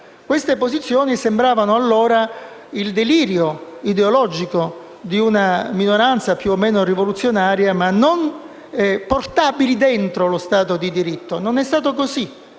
Queste posizioni sembravano allora il delirio ideologico di una minoranza più o meno rivoluzionaria non importabile dentro lo Stato di diritto. Mon è stato così,